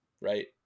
right